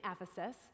Ephesus